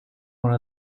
one